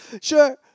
Sure